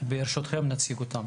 ברשותכם נציג אותם